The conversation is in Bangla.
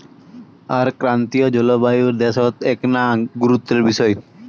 আর ক্রান্তীয় জলবায়ুর দ্যাশত এ্যাকনা গুরুত্বের বিষয়